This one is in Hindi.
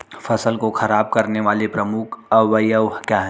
फसल को खराब करने वाले प्रमुख अवयव क्या है?